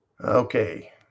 Okay